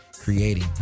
creating